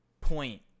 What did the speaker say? point